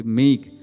make